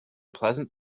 pleasant